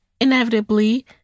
inevitably